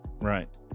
Right